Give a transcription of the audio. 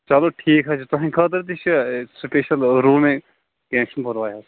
چلو ٹھیٖک حظ چھُ تُہنٛدِ خأطرٕ تہِ چھ سُپیشل روٗمے کیٚنٛہہ چھُنہٕ پرواے